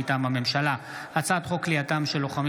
מטעם הממשלה: הצעת חוק כליאתם של לוחמים